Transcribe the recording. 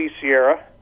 Sierra